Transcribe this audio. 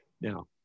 Now